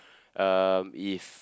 um if